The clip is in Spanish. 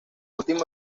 último